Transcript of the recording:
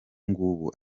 ngubu